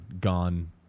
gone